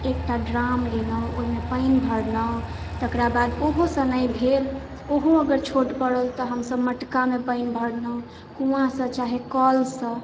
तऽ एकटा ड्राम लेलहुँ ओहिमे पानि भरलहुँ तकरा बाद ओहोसँ नहि भेल ओहो अगर छोट पड़ल तऽ हमसब मटकामे पानि भरलहुँ कुआँ से चाहे कलसँ